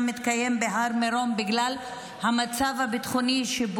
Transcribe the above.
מתקיים בהר מירון ושבוטל בגלל המצב הביטחוני,